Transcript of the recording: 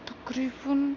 تقریباً